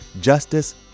justice